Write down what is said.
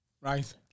Right